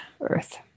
Earth